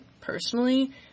personally